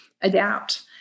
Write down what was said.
adapt